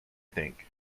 think